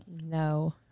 No